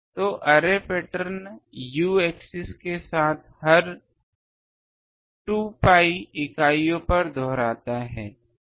तो अरे pattern u axis के साथ हर 2 pi इकाइयों पर दोहराता है